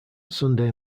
sunday